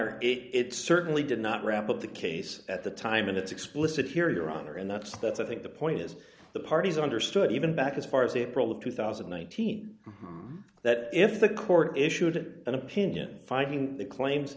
outer it certainly did not wrap up the case at the time and it's explicit here your honor and that's that's i think the point is the parties understood even back as far as april of two thousand and nineteen that if the court issued an opinion finding the claims